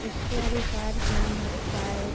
उसके अनुसार हम चाय